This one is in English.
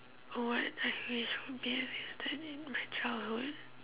what I wish existed in my childhood